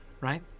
Right